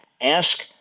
ask